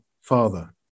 Father